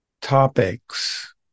topics